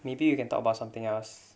maybe you can talk about something else